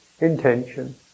intention